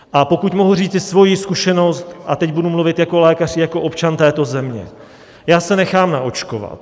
A pokud mohu říci svoji zkušenost, a teď budu mluvit jako lékař i jako občan této země, já se nechám naočkovat.